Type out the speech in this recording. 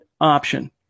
option